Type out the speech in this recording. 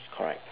correct